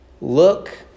look